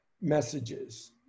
messages